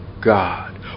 God